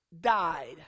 died